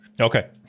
Okay